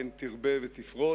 כן תרבה ותפרוץ,